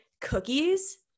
cookies